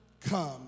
come